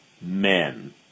men